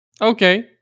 Okay